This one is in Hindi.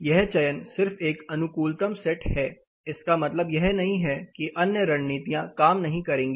यह चयन सिर्फ एक अनुकूलतम सेट है इसका मतलब यह नहीं है कि अन्य रणनीतियां काम नहीं करेंगी